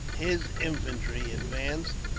his infantry advanced,